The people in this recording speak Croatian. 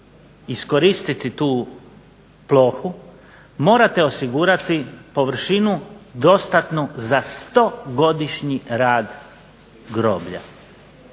iskoristiti tu plohu morate osigurati površinu dostatnu za 100-godišnji rad groblja.